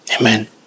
Amen